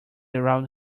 around